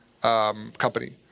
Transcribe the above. company